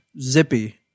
Zippy